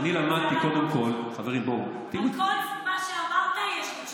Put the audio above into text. על כל מה שאמרת יש לי תשובות.